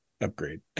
upgrade